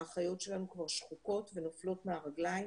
האחיות שלנו כבר שחוקות ונופלות מהרגליים,